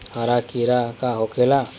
हरा कीड़ा का होखे ला?